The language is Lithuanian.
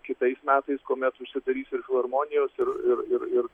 kitais metais kuomet užsidarys ir filharmonijos ir ir ir ir